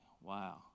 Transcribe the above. wow